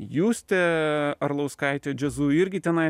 justė arlauskaitė jazzu irgi tenai